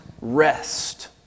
rest